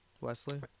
wesley